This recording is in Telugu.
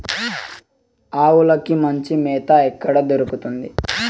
ఆవులకి మంచి మేత ఎక్కడ దొరుకుతుంది?